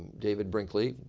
david brinkley,